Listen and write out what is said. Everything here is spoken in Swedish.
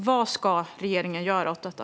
Vad ska regeringen göra åt detta?